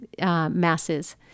masses